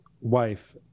wife